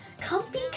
comfy